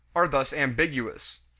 are thus ambiguous.